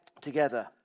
together